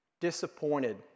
disappointed